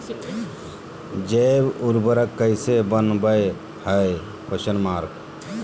जैव उर्वरक कैसे वनवय हैय?